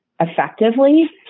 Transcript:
effectively